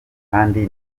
kandi